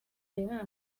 nyuma